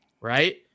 Right